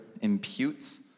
imputes